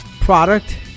product